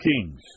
kings